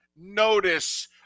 notice